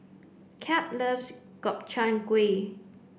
Cap loves Gobchang Gui